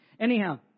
Anyhow